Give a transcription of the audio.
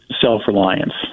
self-reliance